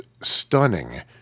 stunning